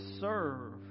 serve